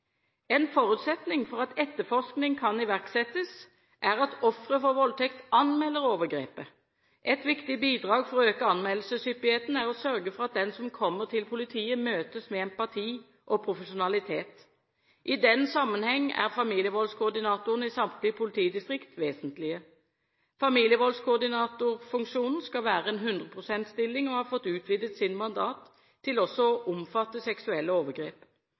En forutsetning for at etterforskning kan iverksettes, er at ofre for voldtekt anmelder overgrepet. Et viktig bidrag for å øke anmeldelseshyppigheten er å sørge for at den som kommer til politiet, møtes med empati og profesjonalitet. I den sammenheng er familievoldskoordinatorene i samtlige politidistrikt vesentlige. Familievoldskoordinatorfunksjonen skal være en 100 pst. stilling, og har fått utvidet sitt mandat til også å omfatte seksuelle overgrep.